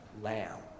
Lamb